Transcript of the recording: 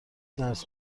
درس